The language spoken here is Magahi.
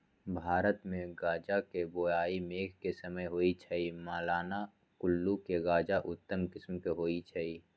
भारतमे गजा के बोआइ मेघ के समय होइ छइ, मलाना कुल्लू के गजा उत्तम किसिम के होइ छइ